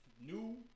new